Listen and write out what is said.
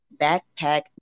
Backpack